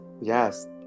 yes